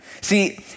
See